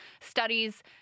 studies